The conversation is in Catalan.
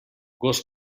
gos